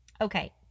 Okay